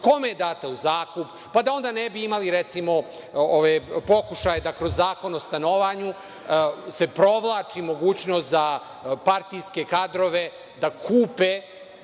kome je data u zakup, pa da onda ne bi imali recimo pokušaje da kroz Zakon o stanovanju se provlači mogućnost za partijske kadrove da kupe